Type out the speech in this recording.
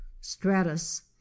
Stratus